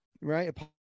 Right